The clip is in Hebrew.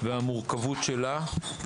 והמורכבות שלה.